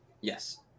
Yes